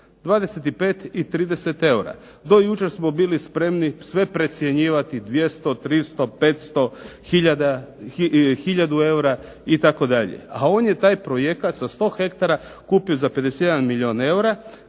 25 i 30 eura. Do jučer smo bili spremni sve precjenjivati 200, 300, 500 hiljadu eura itd. a on je taj projekat sa 100 hektara kupio za 51 milijun eura.